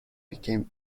became